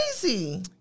crazy